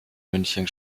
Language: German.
münchen